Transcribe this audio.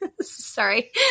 sorry